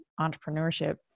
entrepreneurship